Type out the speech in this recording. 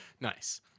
Nice